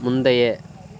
முந்தைய